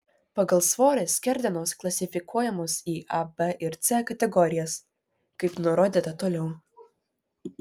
pagal svorį skerdenos klasifikuojamos į a b ir c kategorijas kaip nurodyta toliau